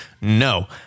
No